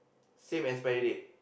same expiry date